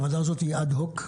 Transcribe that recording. הוועדה הזו היא אד-הוקית?